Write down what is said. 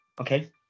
Okay